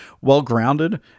well-grounded